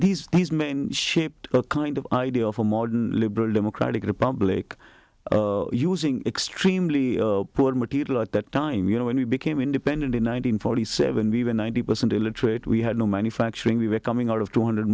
these these men shaped a kind of idea of a modern liberal democratic republic using extremely poor material at that time you know when we became independent in nine hundred forty seven we were ninety percent illiterate we had no manufacturing we were coming out of two hundred